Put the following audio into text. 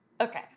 okay